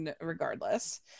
regardless